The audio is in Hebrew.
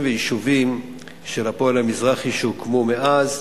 ויישובים של "הפועל המזרחי" שהוקמו מאז,